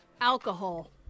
Alcohol